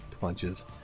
punches